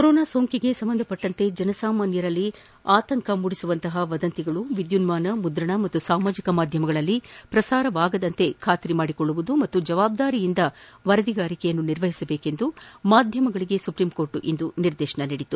corona ಸೋಂಕಿಗೆ ಸಂಬಂಧಿಸಿದಂತೆ ಜನಸಾಮಾನ್ಕರಲ್ಲಿ ಆತಂಕ ಮೂಡಿಸುವಂತಪ ವದಂತಿಗಳು ವಿದ್ಯುನ್ಮಾನ ಮುದ್ರಣ ಹಾಗೂ ಸಾಮಾಜಿಕ ಮಾಧ್ಯಮಗಳಲ್ಲಿ ಪ್ರಸಾರವಾಗದಂತೆ ಖಾತರಿ ಮತ್ತು ಜವಾಬ್ಬಾರಿಯಿಂದ ಕಾರ್ಯನಿರ್ವಹಿಸಬೇಕೆಂದು ಮಾಧ್ಯಮಗಳಿಗೆ ಸುಪ್ರೀಂಕೋರ್ಟ್ ಇಂದು ನಿರ್ದೇಶಿಸಿದೆ